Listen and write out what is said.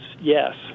yes